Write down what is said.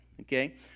okay